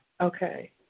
Okay